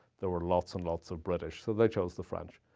there were lots and lots of british. so they chose the french.